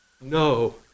No